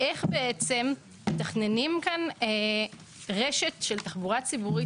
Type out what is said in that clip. איך מתכננים כאן רשת של תחבורה ציבורית